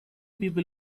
people